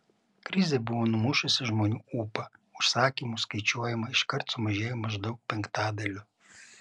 krizė buvo numušusi žmonių ūpą užsakymų skaičiuojama iškart sumažėjo maždaug penktadaliu